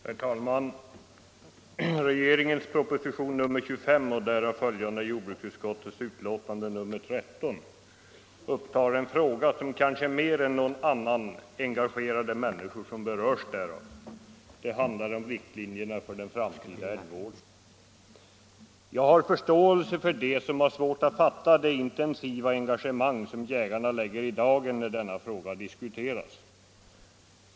Herr talman! Regeringens proposition nr 25 och därav följande jordbruksutskottets betänkande nr 13 upptar en fråga som kanske mer än någon annan engagerar de människor som berörs därav. Det handlar om riktlinjerna för den framtida älgvården. Jag har förståelse för dem som har svårt att fatta det intensiva engagemang som jägarna lägger i dagen när denna fråga diskuteras.